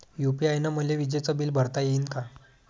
UPI न मले विजेचं बिल भरता यीन का?